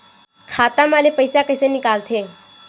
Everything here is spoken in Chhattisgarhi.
खाता मा ले पईसा कइसे निकल थे?